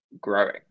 growing